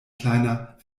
kleiner